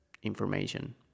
information